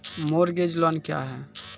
Mortgage loan क्या है?